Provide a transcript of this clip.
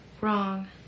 Wrong